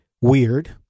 weird